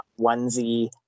onesie